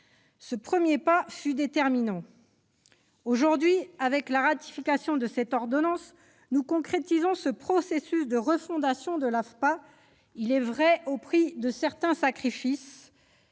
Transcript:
Ce premier pas fut déterminant. Aujourd'hui, avec la ratification de cette ordonnance, nous concrétisons ce processus de refondation de l'AFPA, il est vrai au prix de certains sacrifices,